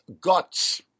guts